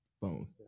phone